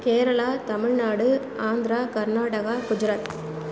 Kerala Tamil Nadu Andhra Karnataka Gujarat